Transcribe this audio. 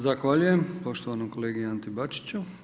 Zahvaljujem poštovanom kolegi Anti Bačiću.